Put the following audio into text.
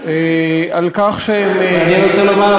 אני רוצה לומר,